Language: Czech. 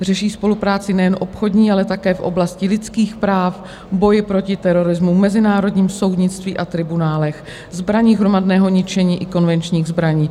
Řeší spolupráci nejen obchodní, ale také v oblasti lidských práv, v boji proti terorismu, mezinárodním soudnictví a tribunálech, zbraních hromadného ničení i konvenčních zbraních.